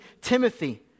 Timothy